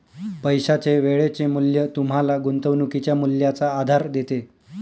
पैशाचे वेळेचे मूल्य तुम्हाला गुंतवणुकीच्या मूल्याचा आधार देते